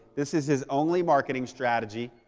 this is his only marketing strategy,